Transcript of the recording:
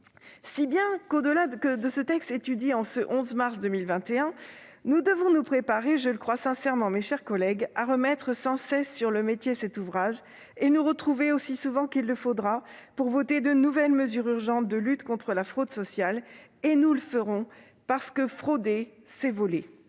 Aussi, au-delà de ce texte examiné en ce 11 mars 2021, mes chers collègues, je crois sincèrement que nous devons nous préparer à remettre sans cesse sur le métier cet ouvrage et nous retrouver aussi souvent qu'il le faudra pour voter de nouvelles mesures urgentes de lutte contre la fraude sociale. Nous le ferons, parce que frauder, c'est voler.